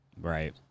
Right